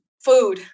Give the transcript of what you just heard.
Food